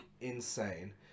insane